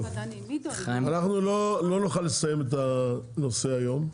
אנחנו לא נוכל לסיים את הנושא היום,